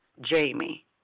Jamie